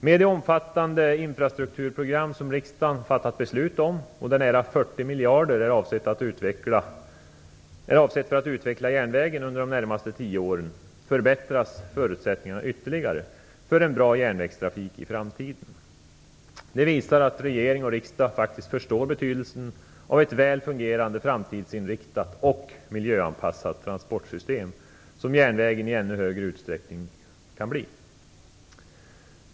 Med det omfattande infrastrukturprogram som riksdagen fattat beslut om och där nära 40 miljarder är avsett för att utveckla järnvägen under de närmaste tio åren förbättras förutsättningarna ytterligare för en bra järnvägstrafik i framtiden. Det visar att regering och riksdag faktiskt förstår betydelsen av ett väl fungerande framtidsinriktat och miljöanpassat transportsystem, som järnvägen i ännu högre utsträckning kan bli.